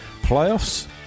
playoffs